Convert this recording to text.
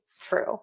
true